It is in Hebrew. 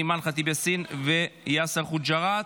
אימאן ח'טיב יאסין ויאסר חוג'יראת.